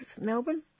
Melbourne